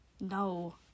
No